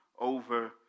over